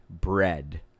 bread